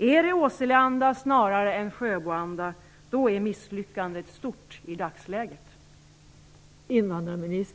Om det är Åseleanda snarare än Sjöboanda är misslyckandet stort i dagsläget.